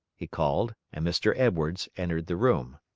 he called, and mr. edwards entered the room.